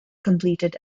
completed